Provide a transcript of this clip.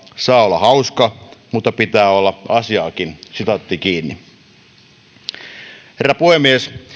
saa olla hauska mutta pitää olla asiaakin herra puhemies